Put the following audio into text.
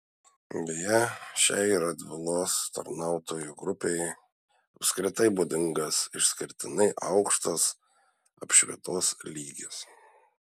beje šiai radvilos tarnautojų grupei apskritai būdingas išskirtinai aukštas apšvietos lygis